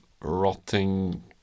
rotting